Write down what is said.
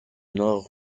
nord